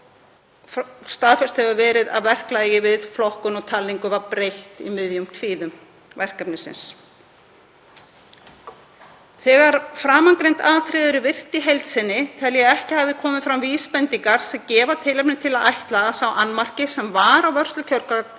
Staðfest hefur verið að verklagi við flokkun og talningu var breytt í miðjum klíðum verkefnisins. Þegar framangreind atriði eru virt í heild sinni tel ég að ekki hafi komið fram vísbendingar sem gefa tilefni til að ætla að sá annmarki sem var á vörslu kjörgagnanna